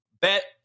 bet